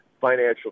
financial